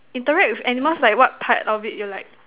interact with animals like what type of it you like